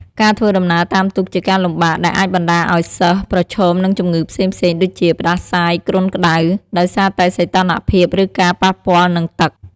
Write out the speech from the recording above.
ការធ្វើដំណើរតាមទូកជាការលំបាក ដែលអាចបណ្ដាលឱ្យសិស្សប្រឈមនឹងជំងឺផ្សេងៗ ដូចជា ផ្តាសាយ គ្រុនក្ដៅ ដោយសារតែសីតុណ្ហភាព ឬការប៉ះពាល់នឹងទឹក។